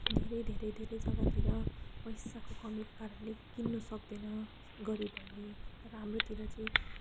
धेरै धेरै धेरै जग्गातिर पैसाको कमीको कारणले किन्नुसक्दैन गरिबहरूले तर हाम्रोतिर चाहिँ